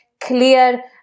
clear